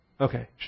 Okay